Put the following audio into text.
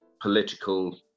political